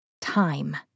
Time